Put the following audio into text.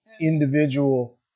individual